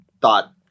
thought